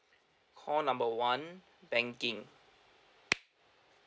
call number one banking